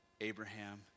Abraham